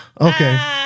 Okay